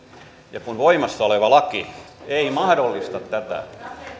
ja kun voimassa oleva laki ei mahdollista tätä